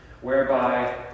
Whereby